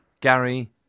Gary